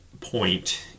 point